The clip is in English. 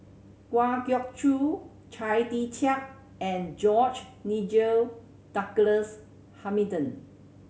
Kwa Geok Choo Chia Tee Chiak and George Nigel Douglas Hamilton